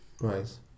right